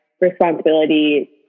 responsibility